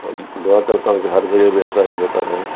اور دعا کرتا ہوں کہ ہر جگہ پہ ایسا ہی ہوتا رہے